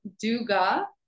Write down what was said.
Duga